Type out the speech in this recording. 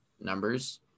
numbers